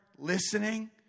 Listening